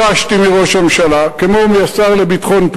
לומר כמה משפטים להתחלה,